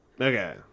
Okay